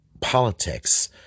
politics